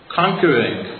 conquering